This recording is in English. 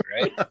right